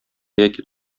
яки